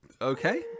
Okay